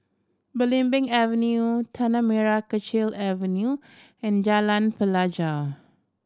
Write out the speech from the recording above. Belimbing Avenue Tanah Merah Kechil Avenue and Jalan Pelajau